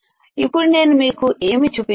ఇప్పుడు నేను మీకు ఏమీ చూపించాను